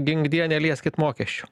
ginkdie nelieskit mokesčių